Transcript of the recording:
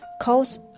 cause